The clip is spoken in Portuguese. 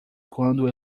quando